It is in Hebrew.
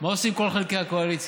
מה עושים כל חלקי הקואליציה?